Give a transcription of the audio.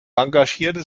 engagierte